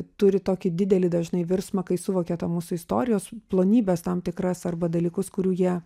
turi tokį didelį dažnai virsmą kai suvokia to mūsų istorijos plonybes tam tikras arba dalykus kurių jie